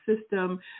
system